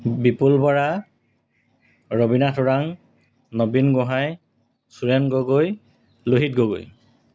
Bipul Bora Rabina Tharang Nabin Gohain Suren Gogoi Lohit Gogoi